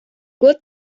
год